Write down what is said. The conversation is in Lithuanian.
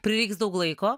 prireiks daug laiko